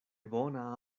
bona